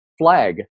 flag